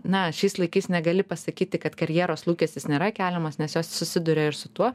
na šiais laikais negali pasakyti kad karjeros lūkestis nėra keliamas nes jos susiduria ir su tuo